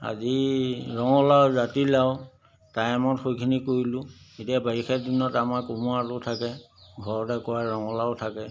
আজি ৰঙালাও জাতিলাও টাইমত সেইখিনি কৰিলোঁ এতিয়া বাৰিষাৰ দিনত আমাৰ কোমোৰাটো থাকে ঘৰতে কৰা ৰঙালাও থাকে